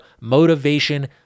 motivation